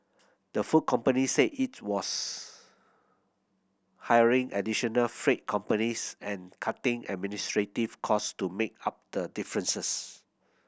the food company said it was hiring additional freight companies and cutting administrative cost to make up the differences